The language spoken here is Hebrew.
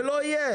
זה לא יהיה.